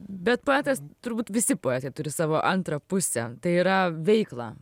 bet poetas turbūt visi poetai turi savo antrą pusę tai yra veiklą